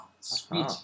Sweet